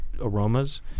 aromas